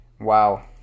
Wow